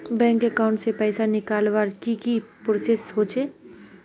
Bank account से पैसा निकालवर की की प्रोसेस होचे?